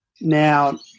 Now